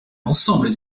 l’ensemble